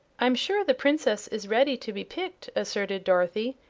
i'm sure the princess is ready to be picked, asserted dorothy,